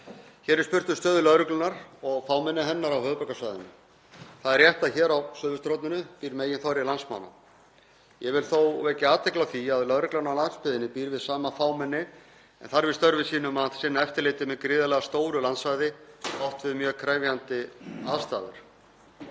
Hér er spurt um stöðu lögreglunnar og fámenni hennar á höfuðborgarsvæðinu. Það er rétt að hér á suðvesturhorninu býr meginþorri landsmanna. Ég vil þó vekja athygli á því að lögreglan á landsbyggðinni býr við sama fámenni en þarf í störfum sínum að sinna eftirliti með gríðarlega stóru landsvæði og oft við mjög krefjandi aðstæður.